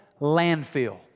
Landfill